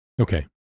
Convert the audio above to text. Okay